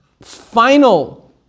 final